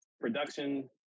Production